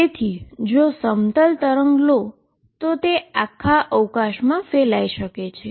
તેથી જો તમે પ્લેન વેવ લો તો તે આખા પ્લેનમાં ફેલાઈ શકે છે